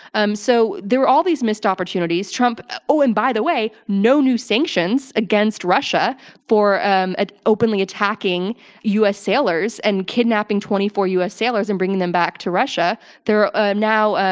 um so, there were all these missed opportunities. trump oh, and by the way, no new sanctions against russia for um openly attacking u. s. sailors and kidnapping twenty four u. s. sailors and bringing them back to russia. there are um now ah